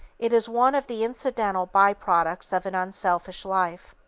it is one of the incidental by-products of an unselfish life.